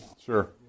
Sure